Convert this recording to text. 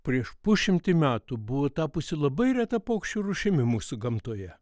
prieš pusšimtį metų buvo tapusi labai reta paukščių rūšimi mūsų gamtoje